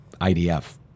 IDF